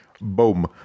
Boom